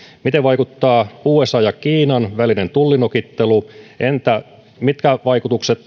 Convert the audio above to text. miten vaikuttaa usan ja kiinan välinen tullinokittelu entä mitkä vaikutukset